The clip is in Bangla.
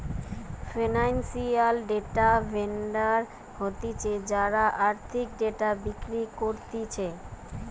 ফিনান্সিয়াল ডেটা ভেন্ডর হতিছে যারা আর্থিক ডেটা বিক্রি করতিছে